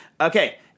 Okay